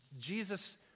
Jesus